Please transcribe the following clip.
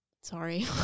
Sorry